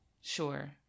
Sure